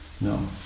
No